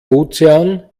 ozean